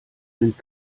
sind